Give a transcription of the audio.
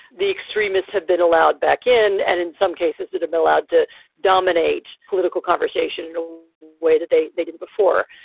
the extremists have been allowed back in and in some cases that have um allowed to dominate political conversation. no way that they they didn't before.